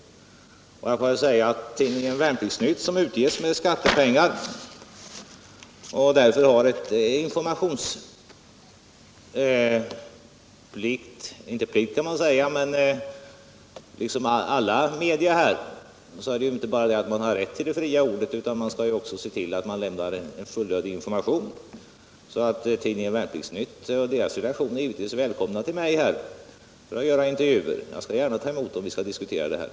Tidningen Värnplikts-Nytt utges med skattepengar. Även om man inte kan säga att den har informationsplikt, så har den liksom alla media inte bara rätt till det fria ordet, utan den skall också se till att den lämnar en fullvärdig information. Tidningen Värnplikts-Nytts redaktion är givetvis välkommen till mig för att göra intervjuer; jag skall gärna ta emot redaktionen för att diskutera detta.